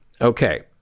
Okay